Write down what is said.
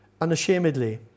Unashamedly